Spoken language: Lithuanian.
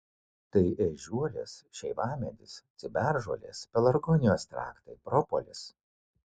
tai ežiuolės šeivamedis ciberžolės pelargonijų ekstraktai propolis